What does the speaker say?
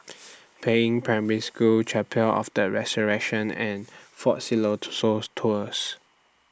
Peiying Primary School Chapel of The Resurrection and Fort Tours